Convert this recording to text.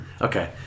Okay